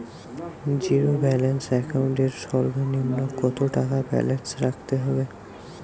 Zero balance account এর সর্বনিম্ন কত টাকা ব্যালেন্স রাখতে হবে?